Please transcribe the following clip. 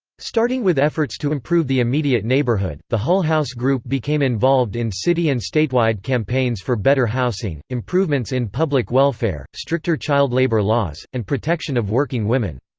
starting with efforts to improve the immediate neighborhood, the hull house group became involved in city and statewide campaigns for better housing, improvements in public welfare, stricter child-labor laws, and protection of working women.